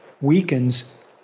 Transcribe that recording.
weakens